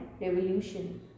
revolution